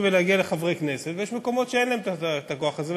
ולהגיע לחברי כנסת ויש מקומות שאין להם את הכוח הזה,